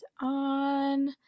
on